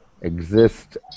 exist